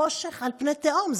וחושך על פני תהום.